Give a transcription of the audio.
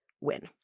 win